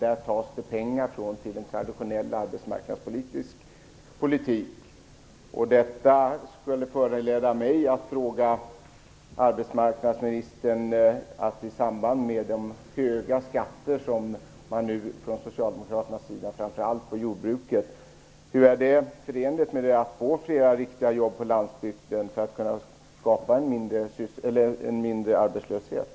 Från detta tas pengar till en traditionell arbetsmarknadspolitik. Det föranleder mig att fråga arbetsmarknadsministern följande: Hur är detta, i samband med de höga skatter som man nu från socialdemokraternas sida lägger på framför allt jordbruket, förenligt med strävan att åstadkomma fler riktiga jobb på landsbygden och minska arbetslösheten?